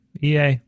EA